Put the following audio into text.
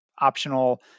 optional